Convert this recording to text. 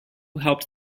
helped